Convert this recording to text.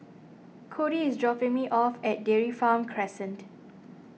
Cody is dropping me off at Dairy Farm Crescent